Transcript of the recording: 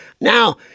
Now